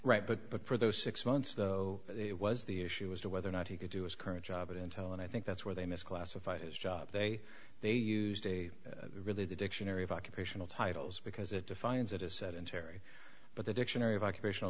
right but but for those six months though it was the issue as to whether or not he could do is current job at intel and i think that's where they misclassified his job they they used a really the dictionary of occupational titles because it defines it is set in terry but the dictionary of occupational